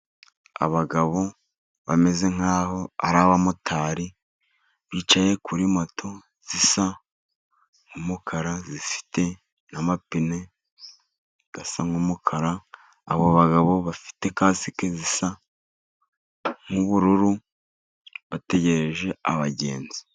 Abagabo bameze nk'aho ari abamotari bicaye kuri moto zisa nk'umukara, zifite amapine asa nk'umukara. Abo bagabo bafite kasike zisa nk'ubururu bategereje abagenzi.